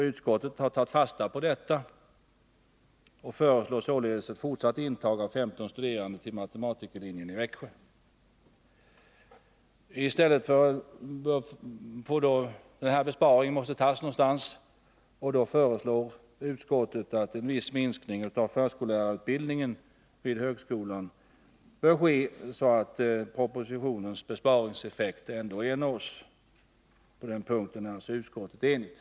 Utskottet har tagit fasta på detta och föreslår således ett fortsatt intag av 15 studerande till matematikerlinjen i Växjö. Motsvarande besparing måste göras någonstans, och utskottet föreslår att en viss minskning av förskollärarutbildningen vid högskolan skall ske, så att propositionens besparingseffekt ändå ernås. På den punkten är utskottet alltså enigt.